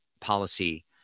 policy